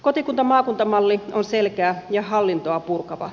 kotikuntamaakunta malli on selkeä ja hallintoa purkava